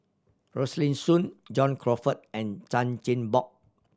Rosaline Soon John Crawfurd and Chan Chin Bock